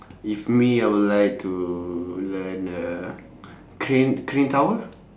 if me I would like to learn uh crane crane tower